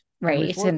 Right